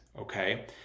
okay